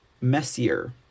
messier